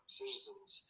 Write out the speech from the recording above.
citizens